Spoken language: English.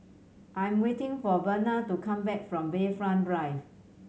I'm waiting for Verna to come back from Bayfront Drive